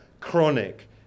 chronic